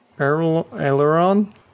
Aileron